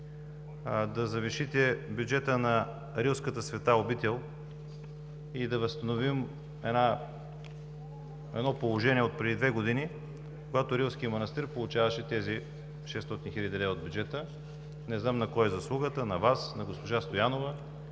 да завишите бюджета на Рилската света обител и да възстановим едно положение отпреди две години, когато Рилският манастир получаваше тези 600 хил. лв. от бюджета. Не знам на кой е заслугата – на Вас, на госпожа Стоянова.